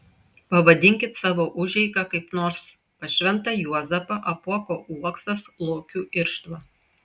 pavadinkit savo užeigą kaip nors pas šventą juozapą apuoko uoksas lokių irštva